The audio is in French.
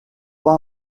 pas